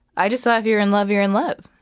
i just thought if you're in love, you're in love.